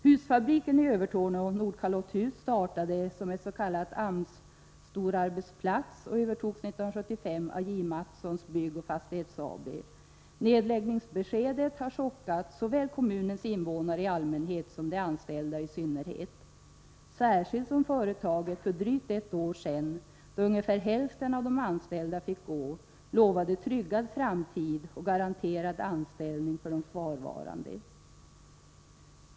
Husfabriken i Övertorneå, Nordkalotthus, startade som en s.k. AMS storarbetsplats och övertogs 1975 av John Mattson Byggnads AB. Nedläggningsbeskedet har chockat kommunens invånare i allmänhet och de anställda isynnerhet, särskilt som företaget för drygt ett år sedan, då ungefär hälften av de anställda fick gå, lovade tryggad framtid och garanterad anställning för de kvarvarande.